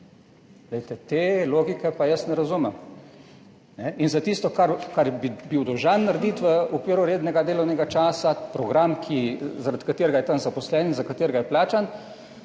te logike pa jaz ne razumem. In za tisto, kar bi bil dolžan narediti v okviru rednega delovnega časa, program, ki zaradi katerega je tam zaposlen, za katerega je plačan,